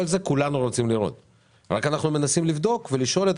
את כל זה כולנו רוצים לראות אלא אנחנו מנסים לבדוק ולשאול את